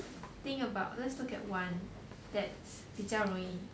think about let's look at one that's 比较容易